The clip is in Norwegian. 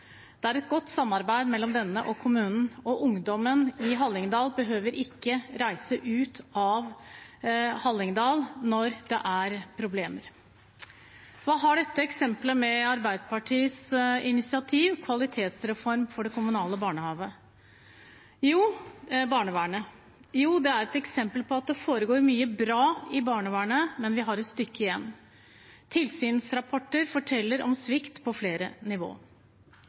Det er et godt samarbeid mellom denne og kommunen, og ungdommen i Hallingdal behøver ikke reise ut av Hallingdal når det er problemer. Hva har dette eksempelet med Arbeiderpartiets initiativ til en kvalitetsreform for det kommunale barnevernet å gjøre? Jo, det er et eksempel på at det foregår mye bra i barnevernet, men vi har et stykke igjen. Tilsynsrapporter forteller om svikt på flere nivå.